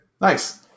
Nice